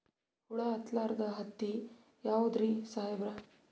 ಹುಳ ಹತ್ತಲಾರ್ದ ಹತ್ತಿ ಯಾವುದ್ರಿ ಸಾಹೇಬರ?